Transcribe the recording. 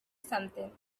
something